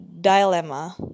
dilemma